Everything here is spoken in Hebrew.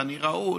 בנראות,